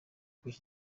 kubera